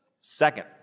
Second